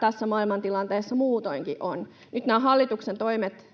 tässä maailmantilanteessa muutoinkin on. Nyt nämä hallituksen toimet